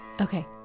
Okay